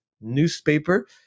newspaper